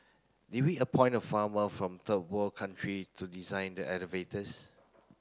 did we appoint a farmer from third world country to design the elevators